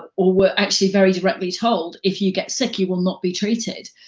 or were actually very directly told, if you get sick you will not be treated.